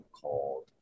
called